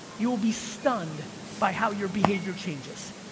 you'll be stunned by how your behavior changes.